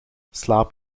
slaap